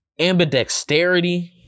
Ambidexterity